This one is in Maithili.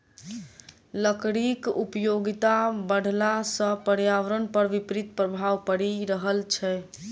लकड़ीक उपयोगिता बढ़ला सॅ पर्यावरण पर विपरीत प्रभाव पड़ि रहल छै